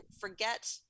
forget